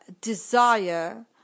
desire